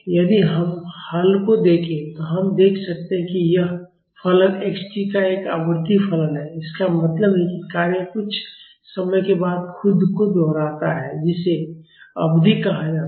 यदि हम हल को देखें तो हम देख सकते हैं कि यह फलन x t एक आवर्ती फलन है इसका मतलब है कि कार्य कुछ समय के बाद खुद को दोहराता है जिसे अवधि कहा जाता है